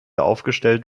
aufgestellt